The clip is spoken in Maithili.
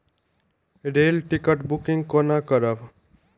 रेल टिकट बुकिंग कोना करब?